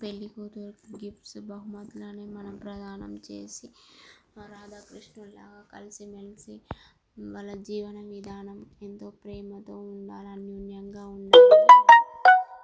పెళ్లి కూతురికి గిఫ్ట్స్ బహుమతులని మన ప్రధానం చేసి రాధాకృష్ణుల్లా కలిసి మెలిసి వాళ్ళ జీవన విధానం ఎంతో ప్రేమతో ఉండాలని అన్యోన్యంగా ఉండాలని మనం